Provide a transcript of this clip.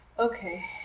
Okay